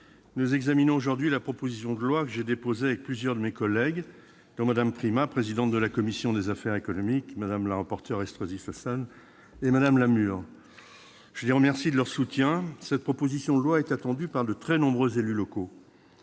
nous examinons aujourd'hui la proposition de loi que j'ai déposée avec plusieurs de mes collègues, dont Mme Primas, présidente de la commission des affaires économiques, Mme Estrosi Sassone, rapporteur du texte, et Mme Lamure. Je remercie celles-ci de leur soutien ; cette proposition de loi est attendue par de très nombreux élus locaux.